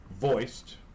voiced